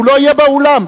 הוא לא יהיה באולם,